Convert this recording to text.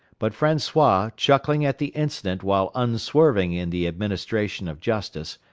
but francois, chuckling at the incident while unswerving in the administration of justice,